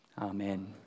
Amen